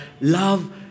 love